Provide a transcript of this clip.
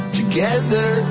Together